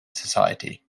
society